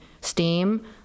steam